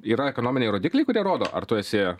yra ekonominiai rodikliai kurie rodo ar tu esi